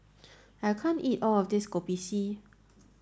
I can't eat all of this Kopi C